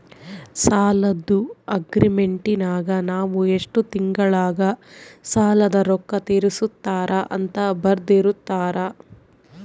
ಸಾಲದ್ದು ಅಗ್ರೀಮೆಂಟಿನಗ ನಾವು ಎಷ್ಟು ತಿಂಗಳಗ ಸಾಲದ ರೊಕ್ಕ ತೀರಿಸುತ್ತಾರ ಅಂತ ಬರೆರ್ದಿರುತ್ತಾರ